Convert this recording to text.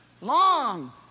long